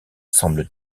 semble